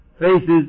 faces